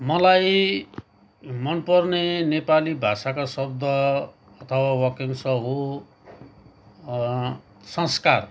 मलाई मनपर्ने नेपाली भाषाका शब्द अथवा वाक्यांश हो संस्कार